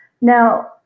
Now